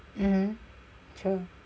mmhmm true